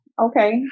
okay